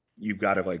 you've got, like,